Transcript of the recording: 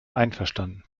einverstanden